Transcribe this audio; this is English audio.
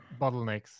bottlenecks